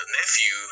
nephew